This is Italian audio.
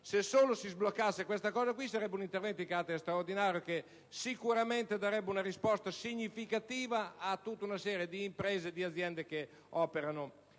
Se solo si sbloccassero, si compirebbe un intervento di carattere straordinario che sicuramente darebbe una risposta significativa a una serie di imprese e di aziende che operano